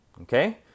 Okay